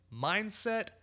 Mindset